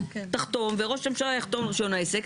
תחתום וראש ממשלה יחתום על רישיון העסק.